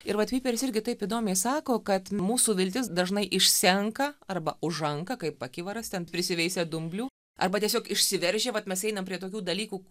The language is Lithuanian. ir vat pyperis irgi taip įdomiai sako kad mūsų viltis dažnai išsenka arba užanka kaip akivaras ten prisiveisia dumblių arba tiesiog išsiveržia vat mes einam prie tokių dalykų